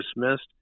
dismissed